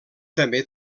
també